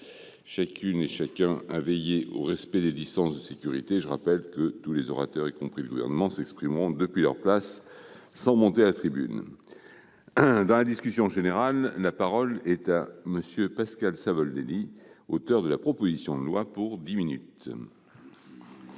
chacune et chacun à veiller au respect des distances de sécurité. Je rappelle que tous les orateurs, y compris les membres du Gouvernement, s'exprimeront depuis leur place, sans monter à la tribune. Dans la discussion générale, la parole est à M. Pascal Savoldelli, auteur de la proposition de loi. Monsieur